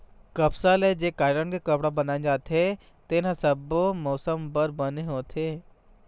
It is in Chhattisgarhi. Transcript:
कपसा ले जेन कॉटन के कपड़ा बनाए जाथे तेन ह सब्बो मउसम बर बने होथे